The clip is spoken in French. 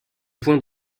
point